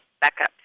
backup